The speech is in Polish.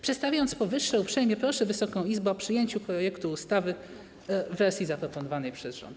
Przedstawiając powyższe, uprzejmie proszę Wysoką Izbę o przyjęcie projektu ustawy w wersji zaproponowanej przez rząd.